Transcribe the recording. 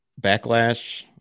backlash